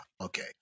okay